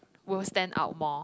will stand out more